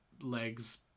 legs